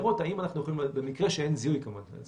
במקרה שאין זיהוי כמובן.